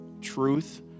truth